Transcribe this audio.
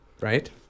Right